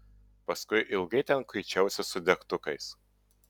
paskui ilgai ten kuičiausi su degtukais